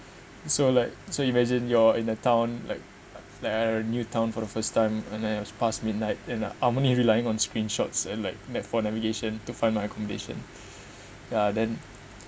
so like so imagine you're in a town like like a new town for the first time and then it was past midnight and I'm only relying on screenshots and like map for navigation to find my accommodation ya then